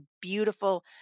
beautiful